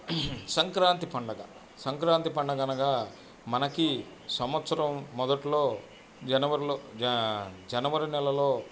సంక్రాంతి పండగ సంక్రాంతి పండగనగా మనకీ సంవత్సరం మొదట్లో జనవరిలో జనవరి నెలలో